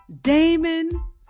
Damon